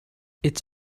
it’s